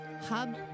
hub